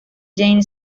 jane